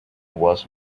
was